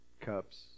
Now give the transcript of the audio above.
cups